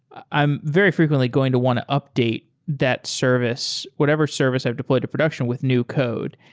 i'm very frequently going to want to update that service, whatever service i've deployed to production with new code.